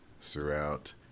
throughout